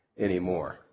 anymore